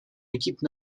équipe